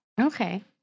Okay